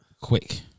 quick